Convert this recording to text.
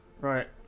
Right